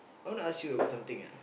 I want to ask you about something ah